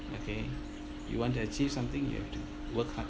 okay you want to achieve something you have to work hard